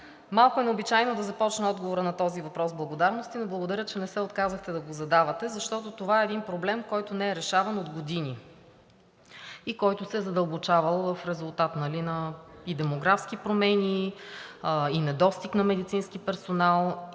малко е необичайно да започна отговора на този въпрос с благодарности, но благодаря, че не се отказахте да го задавате, защото това е един проблем, който не е решаван от години и който се е задълбочавал в резултат и на демографски промени, и недостиг на медицински персонал, и така